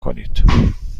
کنید